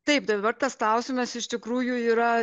taip tai dabar tas klausimas iš tikrųjų yra